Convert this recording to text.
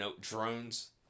drones